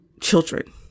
children